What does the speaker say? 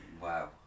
Wow